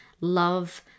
love